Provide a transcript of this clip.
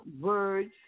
words